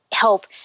help